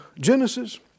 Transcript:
Genesis